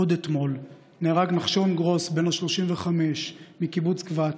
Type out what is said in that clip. עוד אתמול נהרג נחשון גרוס, בן 35, מקיבוץ גבת,